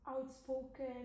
Outspoken